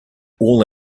all